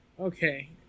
Okay